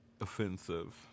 offensive